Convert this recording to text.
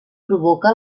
provoca